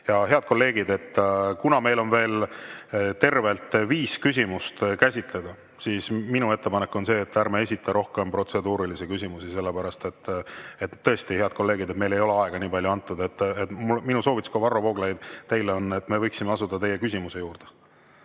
Head kolleegid! Kuna meil on veel tervelt viis küsimust käsitleda, siis minu ettepanek on see, et ärme esitame rohkem protseduurilisi küsimusi, sest tõesti, head kolleegid, meile ei ole nii palju aega antud. Minu soovitus, Varro Vooglaid, ka teile on, et me võiksime asuda teie küsimuse juurde,